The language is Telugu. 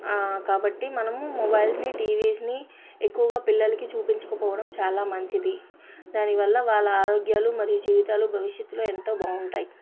కాబట్టి మనము మొబైల్స్ని టీవీస్ని ఎక్కువగా పిల్లల్కి చూపించకపోవడం చాలా మంచిది దానివల్ల వాళ్ళ ఆరోగ్యాలు మరియు జీవితాలు భవిష్యత్తులో ఎంతో బాగుంటాయి